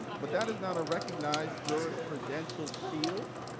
but that is not a recognized jurisprudential field.